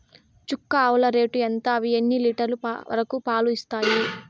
చుక్క ఆవుల రేటు ఎంత? అవి ఎన్ని లీటర్లు వరకు పాలు ఇస్తాయి?